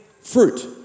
fruit